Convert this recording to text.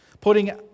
Putting